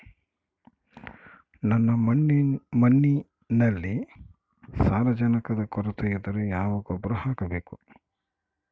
ನನ್ನ ಮಣ್ಣಿನಲ್ಲಿ ಸಾರಜನಕದ ಕೊರತೆ ಇದ್ದರೆ ಯಾವ ಗೊಬ್ಬರ ಹಾಕಬೇಕು?